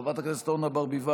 חברת הכנסת אורנה ברביבאי,